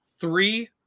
three